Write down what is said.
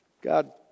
God